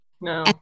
No